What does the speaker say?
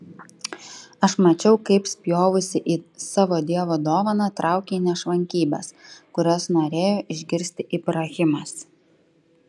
aš mačiau kaip spjovusi į savo dievo dovaną traukei nešvankybes kurias norėjo išgirsti ibrahimas